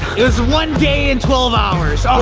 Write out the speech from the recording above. it was one day and twelve hours,